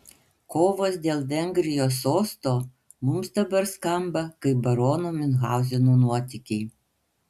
kovos dėl vengrijos sosto mums dabar skamba kaip barono miunchauzeno nuotykiai